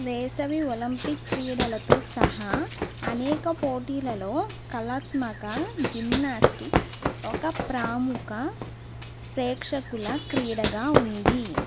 వేసవి ఒలింపిక్ క్రీడలతో సహా అనేక పోటీలలో కళాత్మక జిమ్నాస్టిక్స్ ఒక ప్రాముఖ ప్రేక్షకుల క్రీడగా ఉంది